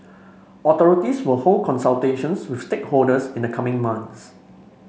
authorities will hold consultations with stakeholders in the coming months